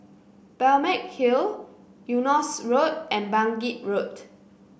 Balmeg Hill Eunos Road and Bangkit Road